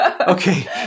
Okay